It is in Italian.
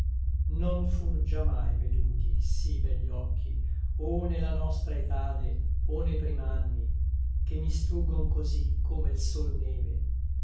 non fur già mai veduti sí begli occhi o ne la nostra etade o ne prim'anni che mi struggon cosí come l sol neve